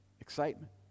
excitement